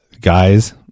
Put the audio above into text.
Guys